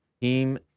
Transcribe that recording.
Team